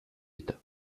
état